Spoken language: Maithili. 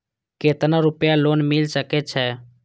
केतना रूपया लोन मिल सके छै?